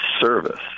service